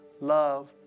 love